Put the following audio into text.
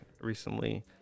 recently